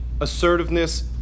assertiveness